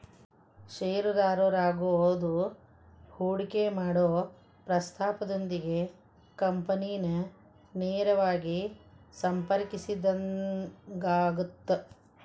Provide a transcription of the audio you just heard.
ಷೇರುದಾರರಾಗೋದು ಹೂಡಿಕಿ ಮಾಡೊ ಪ್ರಸ್ತಾಪದೊಂದಿಗೆ ಕಂಪನಿನ ನೇರವಾಗಿ ಸಂಪರ್ಕಿಸಿದಂಗಾಗತ್ತ